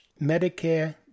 medicare